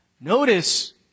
Notice